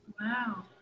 Wow